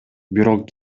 бирок